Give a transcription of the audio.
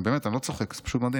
באמת, אני לא צוחק, זה פשוט מדהים.